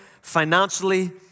financially